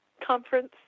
conference